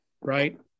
right